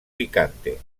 picante